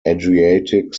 adriatic